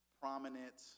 prominent